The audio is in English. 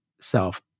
self